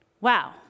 Wow